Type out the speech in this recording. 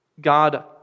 God